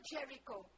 Jericho